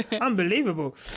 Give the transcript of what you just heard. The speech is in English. Unbelievable